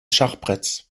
schachbretts